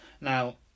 now